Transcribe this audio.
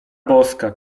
boska